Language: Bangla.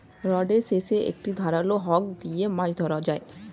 রডের শেষে একটি ধারালো হুক দিয়ে মাছ ধরা হয়